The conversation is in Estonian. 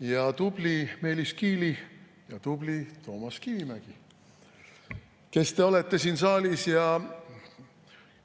ja tubli Meelis Kiili ja tubli Toomas Kivimägi, kes te olete siin saalis –